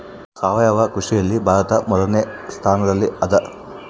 ಸಾವಯವ ಕೃಷಿಯಲ್ಲಿ ಭಾರತ ಮೊದಲನೇ ಸ್ಥಾನದಲ್ಲಿ ಅದ